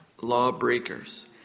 lawbreakers